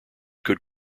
could